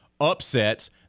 upsets